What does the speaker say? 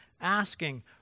asking